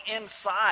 inside